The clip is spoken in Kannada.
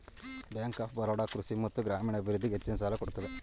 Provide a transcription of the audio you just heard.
ಬ್ಯಾಂಕ್ ಆಫ್ ಬರೋಡ ಕೃಷಿ ಮತ್ತು ಗ್ರಾಮೀಣ ಅಭಿವೃದ್ಧಿಗೆ ಹೆಚ್ಚಿನ ಸಾಲ ಕೊಡುತ್ತದೆ